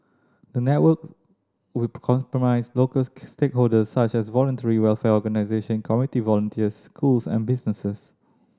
the network will comprise local stakeholders such as voluntary welfare organisation community volunteers schools and businesses